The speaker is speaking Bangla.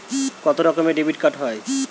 কত রকমের ডেবিটকার্ড হয়?